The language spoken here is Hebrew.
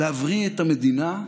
להבריא את המדינה,